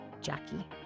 Jackie